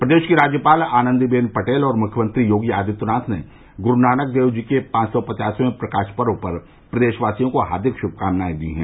प्रदेश की राज्यपाल आनन्दीबेन पटेल और मुख्यमंत्री योगी आदित्यनाथ ने गुरु नानक देव जी के पांच सौ पचासवें प्रकाश पर्व पर प्रदेशवासियों को हार्दिक शुभकामनाएं दी हैं